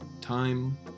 time